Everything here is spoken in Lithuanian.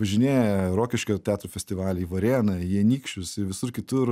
važinėja į rokiškio teatro festivalį į varėną į anykščius ir visur kitur